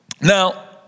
Now